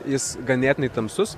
jis ganėtinai tamsus